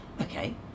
Okay